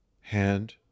hand